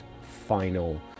final